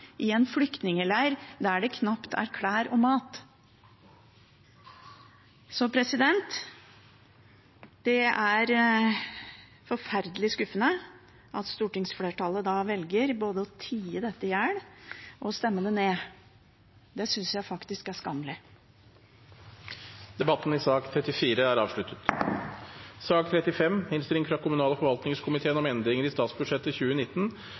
i en flyktningleir der det knapt er klær og mat. Det er forferdelig skuffende at stortingsflertallet velger både å tie dette i hjel og å stemme det ned. Det synes jeg faktisk er skammelig. Flere har ikke bedt om ordet til sak nr. 34. Etter ønske fra kommunal- og forvaltningskomiteen